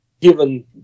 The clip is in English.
given